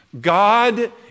God